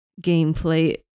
gameplay